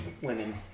women